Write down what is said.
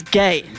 gay